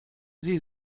sie